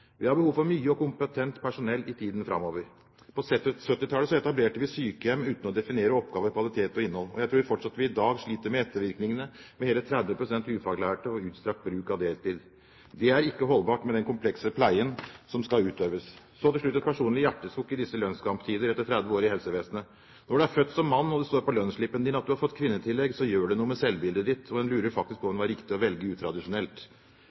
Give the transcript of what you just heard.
Vi har behov for mye og kompetent personell i tiden framover. På 1970-tallet etablerte vi sykehjem uten å definere oppgaver, kvalitet og innhold. Jeg tror fortsatt vi i dag sliter med ettervirkningene med hele 30 pst. ufaglærte og utstrakt bruk av deltid. Det er ikke holdbart med den komplekse pleien som skal utøves. Så til slutt et personlig hjertesukk i disse lønnskamptider etter 30 år i helsevesenet. Når du er født som mann og det står på lønnsslippen din at du har fått kvinnetillegg, så gjør det noe med selvbildet ditt, og en lurer faktisk på om det var riktig å velge utradisjonelt.